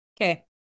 Okay